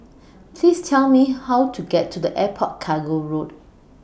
Please Tell Me How to get to Airport Cargo Road